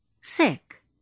Sick